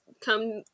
come